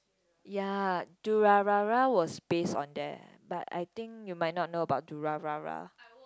ya Durarara was based on there but I think you might not know about Durarara